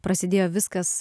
prasidėjo viskas